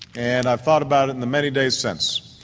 and i've thought about it in the many days since.